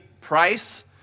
price